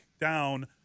down